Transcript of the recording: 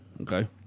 Okay